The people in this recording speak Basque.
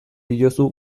diozu